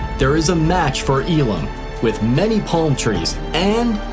there is a match for elim with many palm trees and,